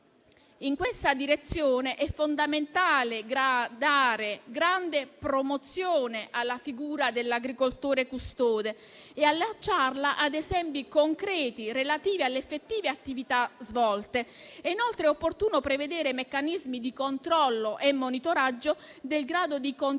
In questa direzione è fondamentale dare grande promozione alla figura dell'agricoltore custode e allacciarla ad esempi concreti, relativi alle effettive attività svolte. Inoltre, è opportuno prevedere meccanismi di controllo e monitoraggio del grado di continuità